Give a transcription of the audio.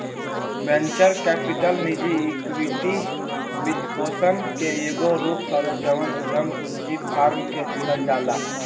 venture capital निजी equity वित्तपोषण के एगो रूप हवे जवन उधम पूंजी फार्म के दिहल जाला